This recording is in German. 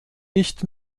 nicht